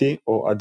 דתי או עדתי.